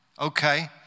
okay